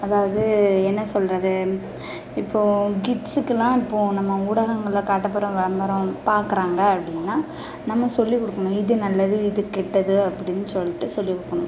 அதாவது என்ன சொல்கிறது இப்போது கிட்ஸுக்குலாம் இப்போது நம்ம ஊடகங்கள்ல காட்டப்படும் விளம்பரம் பார்க்கறாங்க அப்படின்னா நம்ம சொல்லி கொடுக்கணும் இது நல்லது இது கெட்டது அப்படின்னு சொல்லிட்டு சொல்லி கொடுக்கணும்